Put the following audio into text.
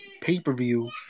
pay-per-view